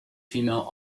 female